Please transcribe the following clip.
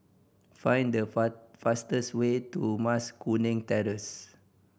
find the fastest way to Mas Kuning Terrace